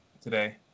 today